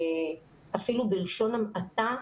אפילו בלשון המעטה,